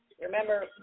remember